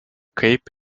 kaip